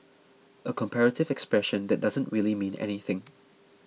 a comparative expression that doesn't really mean anything